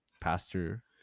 pastor